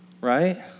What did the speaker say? Right